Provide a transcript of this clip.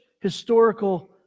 historical